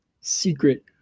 secret